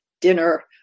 dinner